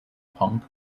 punk